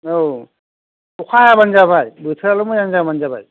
औ अखा हायाब्लानो जाबाय बोथोराल' मोजां जाब्लानो जाबाय